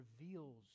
reveals